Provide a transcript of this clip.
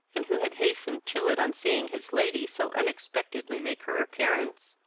and who had hastened to it on seeing his lady so unexpectedly make her appearance,